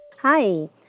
Hi